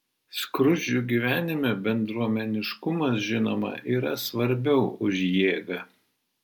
skruzdžių gyvenime bendruomeniškumas žinoma yra svarbiau už jėgą